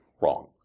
Wrong